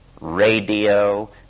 radio